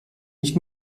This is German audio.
nicht